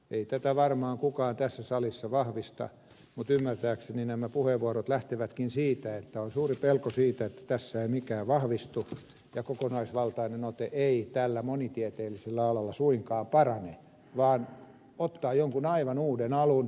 ei tätä varmaan kukaan tässä salissa vahvista mutta ymmärtääkseni nämä puheenvuorot lähtevätkin siitä että on suuri pelko siitä että tässä ei mikään vahvistu ja kokonaisvaltainen ote ei tällä monitieteellisellä alalla suinkaan parane vaan ottaa jonkun aivan uuden alun